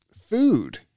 food